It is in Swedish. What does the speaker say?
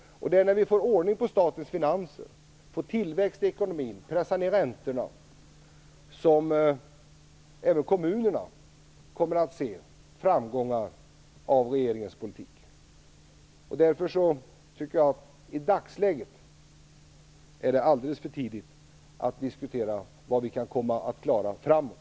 När vi får ordning på statens finanser, får tillväxt i ekonomin och pressar ned räntorna kommer även kommunerna att se framgångar av regeringens politik. Därför tycker jag att det i dagsläget är alldeles för tidigt att diskutera vad vi kan komma att klara framåt.